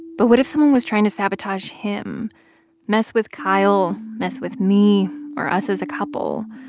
but what if someone was trying to sabotage him mess with kyle, mess with me or us as a couple?